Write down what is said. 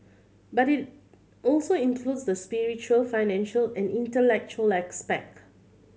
but it also includes the spiritual financial and intellectual